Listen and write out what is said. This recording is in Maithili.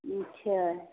अच्छा